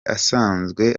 asanzwe